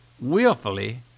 willfully